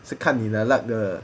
so 看你的 luck 的